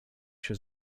się